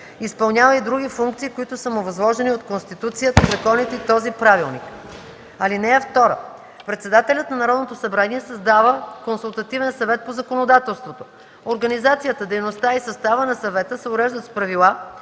изпълнява и други функции, които са му възложени от Конституцията, законите и този Правилник. (2) Председателят на Народното събрание създава Консултативен съвет по законодателството. Организацията, дейността и състава на съвета се уреждат с правила,